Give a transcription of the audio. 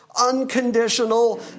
unconditional